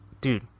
Dude